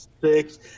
six